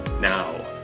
now